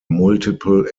multiple